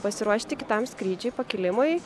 pasiruošti kitam skrydžiui pakilimui